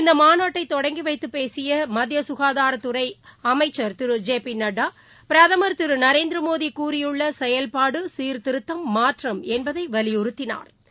இந்தமாநாட்டைதொடங்கிவைத்தபேசியமத்தியககாதாரத்துறைஅமைச்சர் திரு ஜெ பிநட்டா பிரதமா் திருநரேந்திரமோடிகூறியுள்ளசெயல்பாடு சீர்திருத்தம் மாற்றம் என்பதைவலியுறுத்தினாா்